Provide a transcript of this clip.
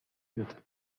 wird